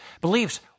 beliefs